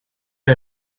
her